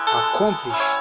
accomplish